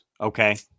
okay